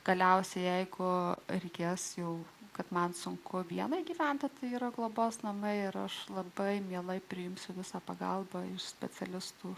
galiausiai jeigu reikės jau kad man sunku vienai gyventi tai yra globos namai ir aš labai mielai priimsiu visą pagalbą specialistų